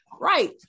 right